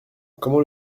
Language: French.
comment